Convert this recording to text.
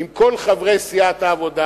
עם כל חברי סיעת העבודה,